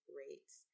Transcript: rates